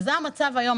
זה המצב היום.